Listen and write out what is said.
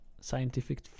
scientific